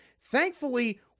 Thankfully